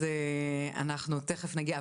תיכף נגיע.